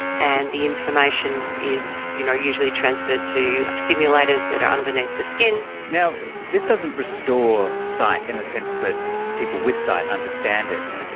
and the information is you know usually transferred to stimulators that are underneath the skin. now, this doesn't restore sight in the sense that people with sight understand it.